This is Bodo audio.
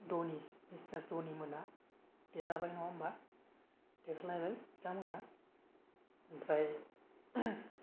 धनी मिस्टार धनीमोना देरहाबाय नङा होम्बा देरहालायबाय बिथांमोना ओमफ्राय